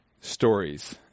stories